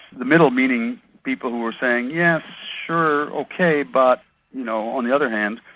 the middle meaning people who are saying, yes, sure, okay, but you know, on the other hand'.